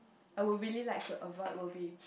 I would really like to avoid will be